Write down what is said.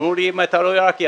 אמרו לי שאם אתה לא עירקי,